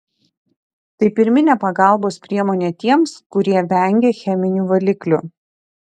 tai pirminė pagalbos priemonė tiems kurie vengia cheminių valiklių